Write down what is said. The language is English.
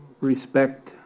respect